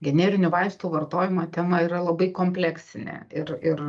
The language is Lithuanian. generinių vaistų vartojimo tema yra labai kompleksinė ir ir